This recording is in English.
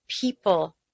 people